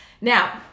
Now